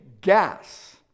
gas